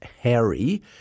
Harry